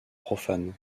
profanes